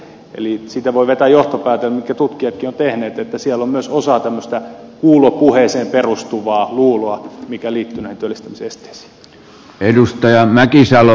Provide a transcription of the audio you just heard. eli siitä voi vetää johtopäätelmän minkä tutkijatkin ovat tehneet että siellä on osa myös tämmöistä kuulopuheeseen perustuvaa luuloa mikä liittyy näihin työllistämisesteisiin